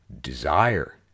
desire